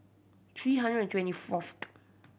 three hundred and twenty fourth